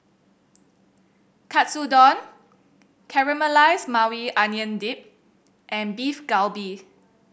Katsudon Caramelized Maui Onion Dip and Beef Galbi